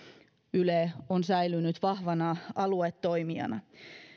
yle on säilynyt vahvana aluetoimijana